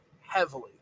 Heavily